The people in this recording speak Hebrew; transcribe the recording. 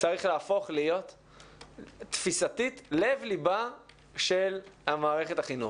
צריך להפוך להיות תפיסתית לב ליבה של מערכת החינוך.